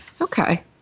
Okay